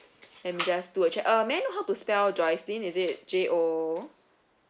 I'm just do a check uh may I know how to spell joycelyn is it j o